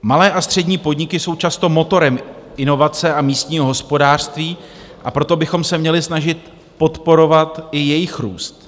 Malé a střední podniky jsou často motorem inovace a místního hospodářství, a proto bychom se měli snažit podporovat i jejich růst.